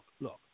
look